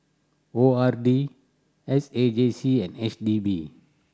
O R D S A J C and H D B